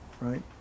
right